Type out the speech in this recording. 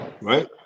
Right